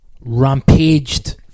rampaged